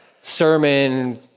sermon